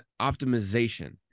optimization